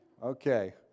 Okay